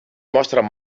mostren